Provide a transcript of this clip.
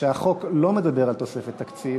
שהחוק לא מדבר על תוספת תקציב,